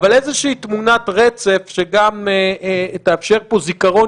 אבל איזושהי תמונת רצף שגם תאפשר פה זיכרון